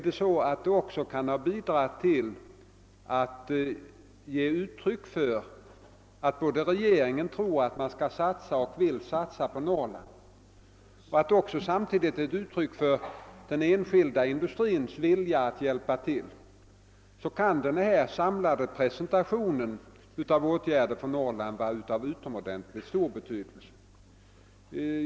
Det har även givit möjligheter för regeringen att ge uttryck för sin vilja att satsa på Norrland och samtidigt möjligheter för den privata industrin att visa sin beredvillighet att hjälpa till. Därför kan denna samlade presentation av åtgärder för Norrland bli av utomordentligt stor betydelse.